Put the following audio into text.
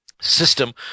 system